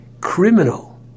criminal